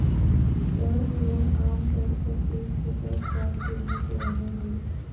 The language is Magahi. टर्म लोन आमतौर पर एक से दस साल के बीच रहय हइ